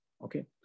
Okay